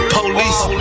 Police